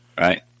right